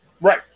Right